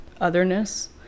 otherness